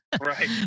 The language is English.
right